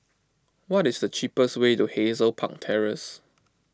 what is the cheapest way to Hazel Park Terrace